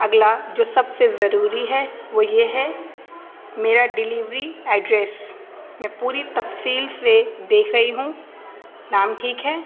اگلا جو سب سے ضروری ہے وہ یہ ہے میرا ڈلیوری ایڈریس میں پوری تفصیل سے دیکھ رہی ہوں نام ٹھیک ہے